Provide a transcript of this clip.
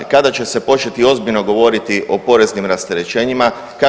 Kada će se početi ozbiljno govoriti o poreznim rasterećenjima?